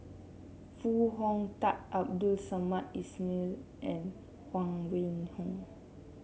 Foo Hong Tatt Abdul Samad Ismail and Huang Wenhong